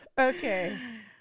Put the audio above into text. Okay